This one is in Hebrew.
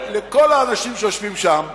השותפות